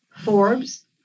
Forbes